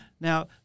Now